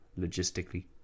logistically